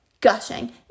Gushing